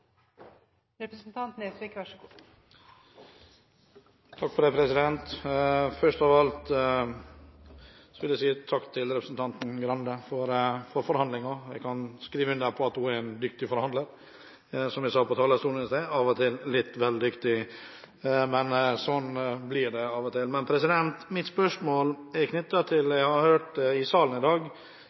representanten Skei Grande for forhandlingene. Jeg kan skrive under på at hun er en dyktig forhandler, som jeg sa på talerstolen i sted – av og til vel dyktig. Men sånn blir det av og til. Mitt spørsmål er knyttet til noe jeg har hørt i salen i dag